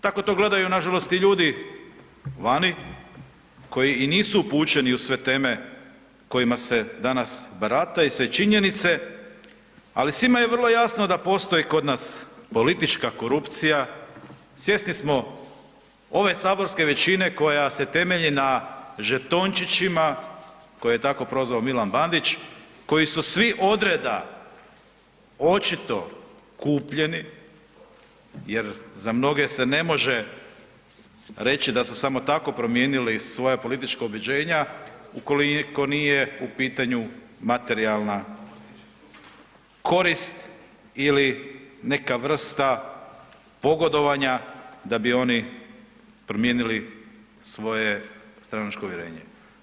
Tako to gledaju nažalost i ljudi vani koji i nisu upućeni u sve teme kojima se danas barata i sve činjenice, ali svima je vrlo jasno da postoji kod nas politička korupcija, svjesni smo ove saborske većine koja se temelji na žetončićima koje je tako prozvao M. Bandič, koji su svi od reda očito kupljeni jer za mnoge se ne može reći da su samo tako promijenili svoja politička ubjeđenja ako nije u pitanju materijalna korist ili neka vrsta pogodovanja da bi oni promijenili svoje stranačko uvjerenje.